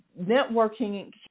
networking